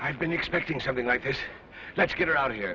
i've been expecting something like this let's get out of here